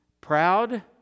Proud